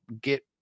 get